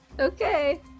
Okay